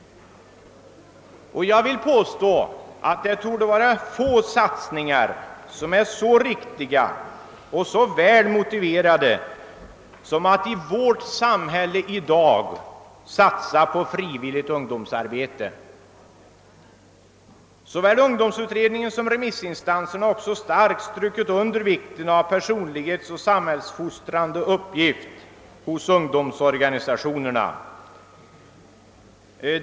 Jag vill påstå att det torde finnas få satsningar som är så riktiga och så väl motiverade som att i vårt samhälle i dag satsa på frivilligt ungdomsarbete. Såväl ungdomsutredningen som remissinstanserna har också strukit under vikten av den personlighetsoch samhällsfostrande uppgift som ungdomsorganisationerna har.